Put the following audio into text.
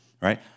right